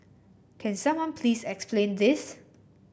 can someone please explain this